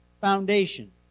foundation